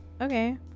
Okay